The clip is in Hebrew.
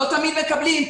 לא תמיד מקבלים,